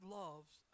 loves